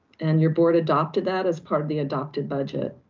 and your board adopted that as part of the adopted budget.